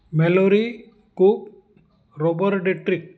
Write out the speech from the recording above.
Mallory Cook Robert Detrick